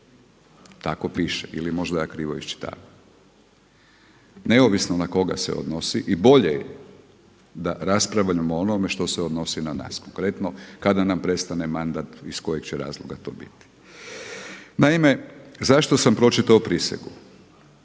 Tako piše ili možda ja krivo iščitavam. Neovisno na koga se odnosi i bolje je da raspravljamo onome što se odnosi na nas konkretno kada nam prestane mandat iz kojeg će razloga to biti. Naime, zašto sam pročitao prisegu?